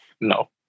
No